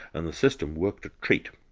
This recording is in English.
and the system worked a treat.